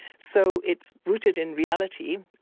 so it's rooted in reality.